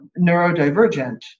neurodivergent